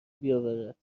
بیاورد